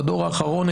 בדור האחרון,